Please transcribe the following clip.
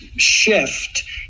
Shift